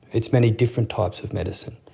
its many different types of medicine,